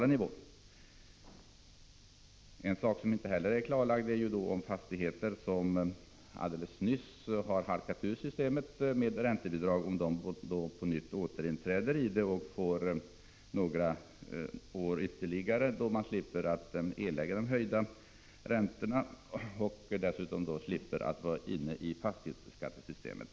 En annan sak som inte heller är klarlagd är om fastighetsägare som alldeles nyss har halkat ur systemet med räntebidrag på nytt återinträder i det och får några ytterligare år då de slipper erlägga den höjda räntan och dessutom slipper vara inne i fastighetsskattesystemet.